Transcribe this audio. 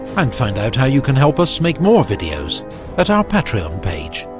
and find out how you can help us make more videos at our patreon page.